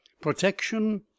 protection